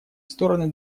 стороны